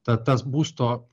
ta tas būsto